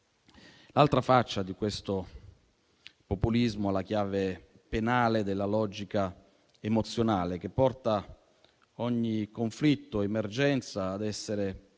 L'altra faccia di questo populismo è la chiave penale della logica emozionale, che porta ogni conflitto o emergenza ad essere